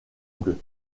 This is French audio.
bleus